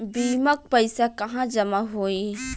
बीमा क पैसा कहाँ जमा होई?